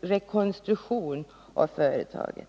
rekonstruktion av företaget.